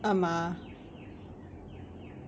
ஆமா:aamaa